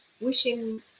wishing